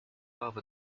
love